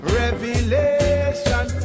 revelation